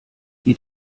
die